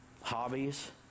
hobbies